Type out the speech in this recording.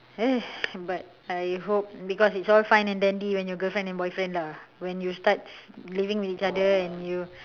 but I hope because it's all fine and dandy when you're girlfriend and boyfriend lah when you start living with each other and you